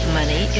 money